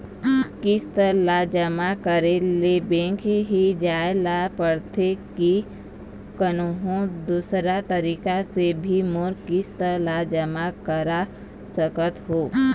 किस्त ला जमा करे ले बैंक ही जाए ला पड़ते कि कोन्हो दूसरा तरीका से भी मोर किस्त ला जमा करा सकत हो?